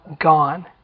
gone